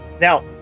Now